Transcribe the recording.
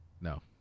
No